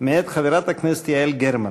מאת חברת הכנסת יעל גרמן.